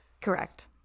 Correct